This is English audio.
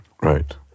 Right